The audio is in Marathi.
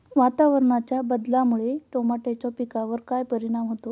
वातावरणाच्या बदलामुळे टमाट्याच्या पिकावर काय परिणाम होतो?